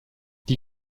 die